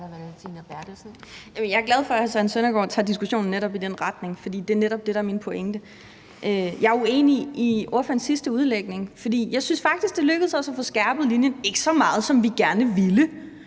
jeg er glad for, at hr. Søren Søndergaard tager diskussionen i den retning, fordi det er netop det, der er min pointe. Jeg er uenig i ordførerens sidste udlægning, for jeg synes faktisk, at det lykkedes os at få skærpet linjen – ikke så meget, som vi gerne ville,